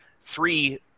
three